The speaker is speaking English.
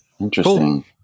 Interesting